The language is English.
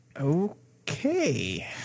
Okay